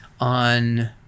on